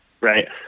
right